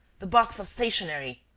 the box of stationery.